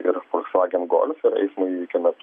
ir folsvagen golf ir eismo įvykio metu